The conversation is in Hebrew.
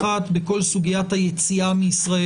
המערכת הנורמטיבית הראשונה היא בכל סוגיית היציאה מישראל